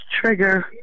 trigger